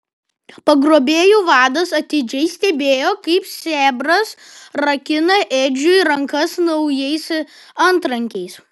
pagrobėjų vadas atidžiai stebėjo kaip sėbras rakina edžiui rankas naujais antrankiais